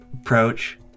approach